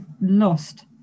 lost